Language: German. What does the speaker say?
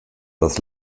das